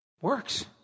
works